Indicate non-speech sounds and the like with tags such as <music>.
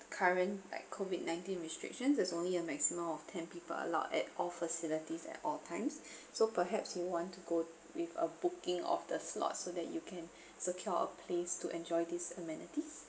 current like COVID nineteen restrictions there's only a maximum of ten people allowed at all facilities at all times <breath> so perhaps you want to go with a booking of the slots so that you can secure a place to enjoy these amenities